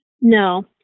No